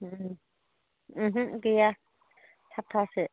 ओमहो गैया साफासो